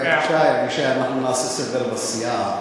אבישי, אנחנו נעשה סדר בסיעה.